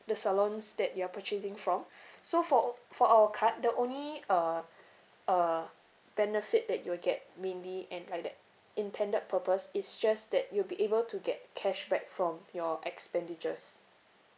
the salons that you are purchasing from so for for our card the only uh uh benefit that you'll get mainly and like that intended purpose it's just that you'll be able to get cashback from your expenditures